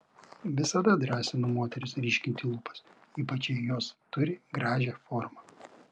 visada drąsinu moteris ryškinti lūpas ypač jei jos turi gražią formą